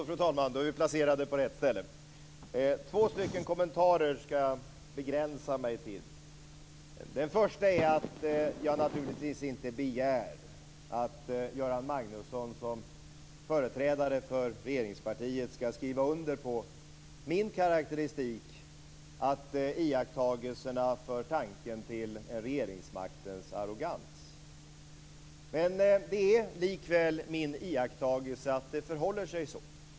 Fru talman! Jag ska begränsa mig till två kommentarer. Den första är att jag naturligtvis inte begär att Göran Magnusson som företrädare för regeringspartiet ska skriva under på min karakteristik att iakttagelserna för tanken till en regeringsmaktens arrogans. Men det är likväl min iakttagelse att det förhåller sig så.